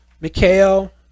Mikhail